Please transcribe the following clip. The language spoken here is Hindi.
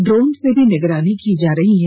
ड्रोन से भी निगरानी की जा रही है